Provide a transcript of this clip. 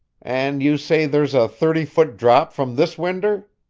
and you say there's a thirty-foot drop from this winder?